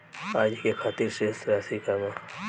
आज के खातिर शेष राशि का बा?